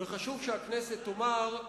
וחשוב שהכנסת תאמר: